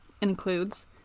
includes